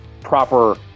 proper